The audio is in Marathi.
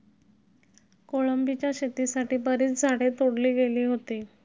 कोलंबीच्या शेतीसाठी बरीच झाडे तोडली गेली होती